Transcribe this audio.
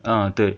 啊对